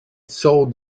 sold